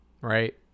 right